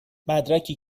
مدرکی